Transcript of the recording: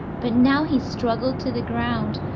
but now he struggled to the ground.